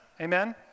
Amen